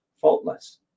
faultless